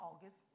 August